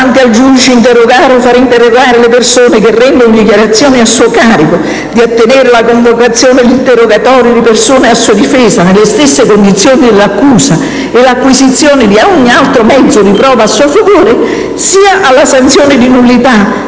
al giudice di interrogare o fare interrogare le persone che rendono dichiarazioni a suo carico, di ottenere la convocazione e l'interrogatorio di persone a sua difesa nelle stesse condizioni dell'accusa e l'acquisizione di ogni altro mezzo di prova a suo favore», sia alla sanzione di nullità